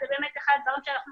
זה באמת אחד הדברים שאנחנו